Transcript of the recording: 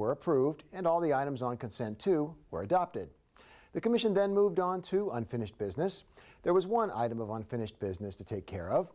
were proved and all the items on consent two were adopted the commission then moved on to unfinished business there was one item of unfinished business to take care of